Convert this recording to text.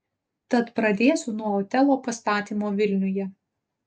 tad pradėsiu nuo otelo pastatymo vilniuje